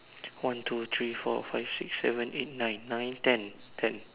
one two three four five six seven eight nine nine ten ten